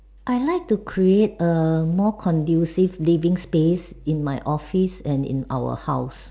I like to create a more conducive living space in my office and in our house